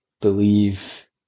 believe